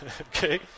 Okay